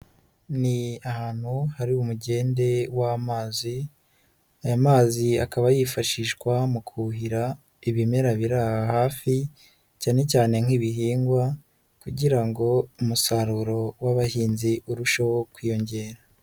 Ni ahantu hari umugende w'amazi aya mazi akaba yifashishwa mu kuhira ibimera biri aha hafi cyane cyane nk'ibihingwa kugira ngo umusaruro w'abahinzi urusheho kwiyongera.